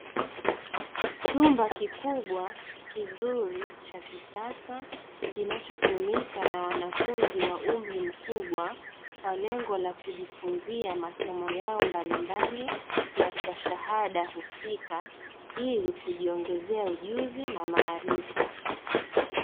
Chumba kikubwa kizuri cha kisasa kinachotumika na wanafunzi wa umri mkubwa kwa lengo la kujifunzia masomo yao mbalimbali ya stashahada husika ili kujiongezea ujuzi na maarifa.